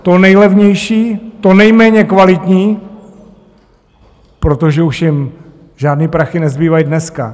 To nejlevnější, to nejméně kvalitní, protože už jim žádný prachy nezbývají dneska.